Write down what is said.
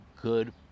good